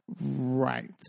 Right